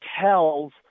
tells